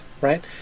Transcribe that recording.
Right